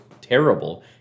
terrible